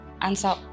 answer